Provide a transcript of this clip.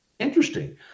Interesting